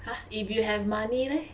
!huh! if you have money leh